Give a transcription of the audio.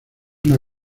una